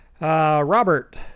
Robert